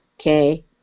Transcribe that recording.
Okay